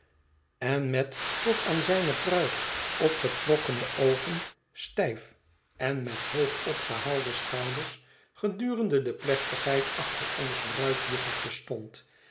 en met tot aan zijne pruik opgetrokkene oogen stijf en met hoog opgehaalde schouders gedurende de plechtigheid achter ons bruidjuffertjes stond